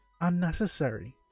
unnecessary